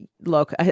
look